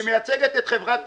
לא שיחה.